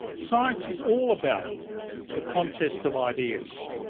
science is all about the contest of ideas,